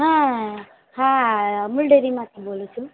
હં હા અમૂલ ડેરીમાંથી બોલું છું